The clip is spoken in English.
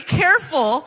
careful